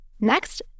Next